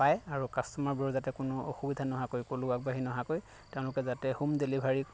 পায় আৰু কাষ্টমাৰবোৰৰ যাতে কোনো অসুবিধা নোহোৱাকৈ ক'লৈও আগবাঢ়ি নহাকৈ তেওঁলোকে যাতে হোম ডেলিভাৰী